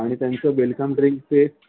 आणि त्यांचं welcome drink जे